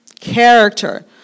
Character